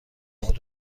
کمد